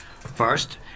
First